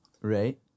Right